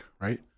right